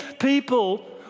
people